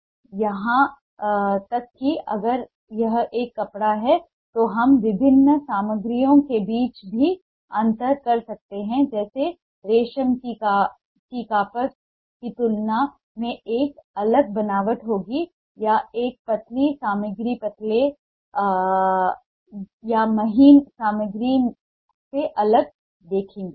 या यहां तक कि अगर यह एक कपड़ा है तो हम विभिन्न सामग्रियों के बीच भी अंतर कर सकते हैं जैसे रेशम की कपास की तुलना में एक अलग बनावट होगी या एक पतली सामग्री पतले या महीन सामग्री से अलग दिखेगी